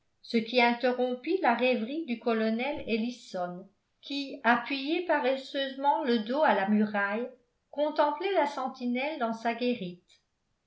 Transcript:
ce qui interrompit la rêverie du colonel ellison qui appuyé paresseusement le dos à la muraille contemplait la sentinelle dans sa guérite